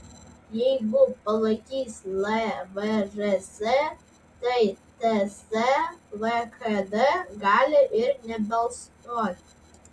jeigu palaikys lvžs tai ts lkd gali ir nebalsuoti